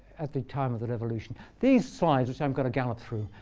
at the time of the revolution. these slides, which i'm going to gallop through,